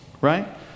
right